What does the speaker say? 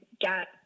get